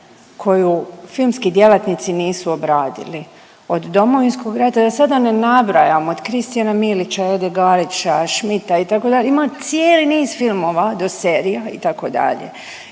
koju filmski djelatnici nisu obradili od Domovinskog rata da sada ne nabrajam od Kristijana Milića, Ede Garića, Schmita itd. Ima cijeli niz filmova do serija itd.